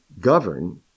govern